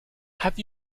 have